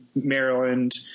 Maryland